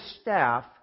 staff